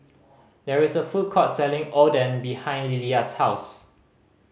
there is a food court selling Oden behind Lillia's house